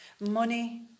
Money